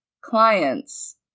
clients